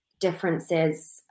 differences